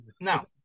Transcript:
Now